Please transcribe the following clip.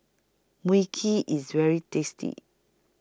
Mui Kee IS very tasty